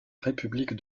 république